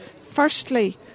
firstly